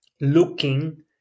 looking